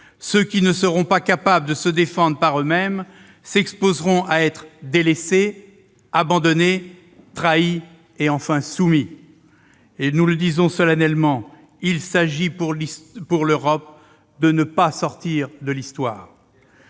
ceux qui ne seront pas capables de se défendre par eux-mêmes s'exposeront à être délaissés, abandonnés, trahis et enfin soumis. Nous le disons solennellement : il s'agit, pour l'Europe, de ne pas sortir de l'histoire.